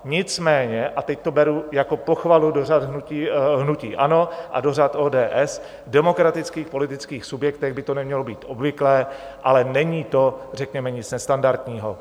Nicméně, a teď to beru jako pochvalu do řad hnutí ANO a do řad ODS, v demokratických politických subjektech by to nemělo být obvyklé, ale není to řekněme nic nestandardního.